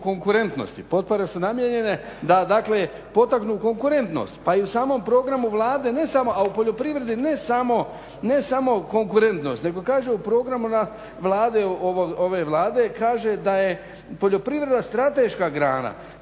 o konkurentnosti, potpore su namijenjene da dakle potaknu konkurentnost pa i u samom programu Vlade, ne samo, a u poljoprivredi ne samo konkurentnost nego kaže u programu Vlade, ove Vlade kaže da je poljoprivreda strateška grana.